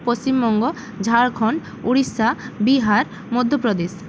Paschimbanga Jharkhand Odisha Bihar Madhya Pradesh